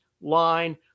line